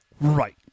Right